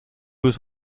was